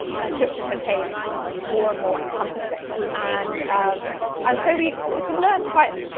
conscription became more and more encompassing. and um and so we we can learn quite,